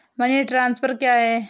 Money transfer क्या है?